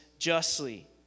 Justly